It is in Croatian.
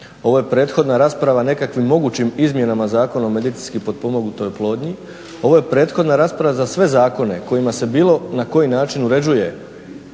ovo je prethodna rasprava o nekakvim mogućim Izmjenama zakona o medicinski potpomognutoj oplodnji, ovo je prethodna rasprava za sve zakone kojima se bilo na koji način uređuje